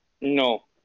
No